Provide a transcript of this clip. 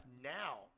Now